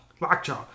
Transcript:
Lockjaw